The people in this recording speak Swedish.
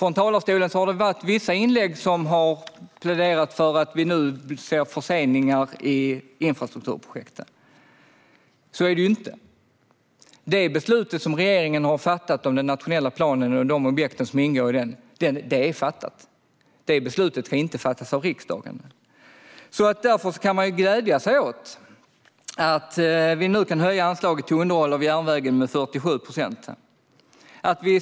I vissa inlägg i talarstolen har det pläderats för att vi nu ser förseningar i infrastrukturprojekten. Så är det ju inte. Det beslut som regeringen har fattat om den nationella planen och de objekt som ingår i den är fattat. Det beslutet ska inte fattas av riksdagen. Därför kan man glädjas åt att vi nu kan höja anslaget till underhåll av järnvägen med 47 procent.